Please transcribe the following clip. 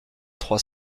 trois